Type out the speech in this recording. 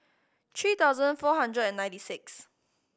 three thousand four hundred and ninety sixth